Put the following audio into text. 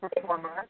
performer